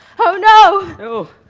oh no! oh